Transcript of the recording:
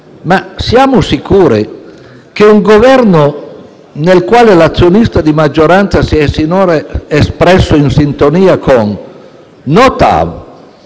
Siamo sicuri che un Governo in cui l'azionista di maggioranza si è sinora espresso in sintonia con No